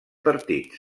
partits